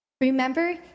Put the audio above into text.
Remember